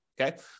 okay